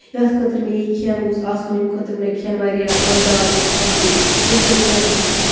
یَتھ خٲطرٕ مےٚ یہِ کھٮ۪ن گوٚژھ آسُن ییٚمہِ خٲطرٕ مےٚ یہِ کھٮ۪ن واریاہ مَزٕدار گوٚژھ آسُن ییٚمہِ سۭتۍ مےٚ